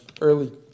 early